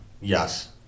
Yes